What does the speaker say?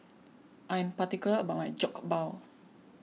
I am particular about my Jokbal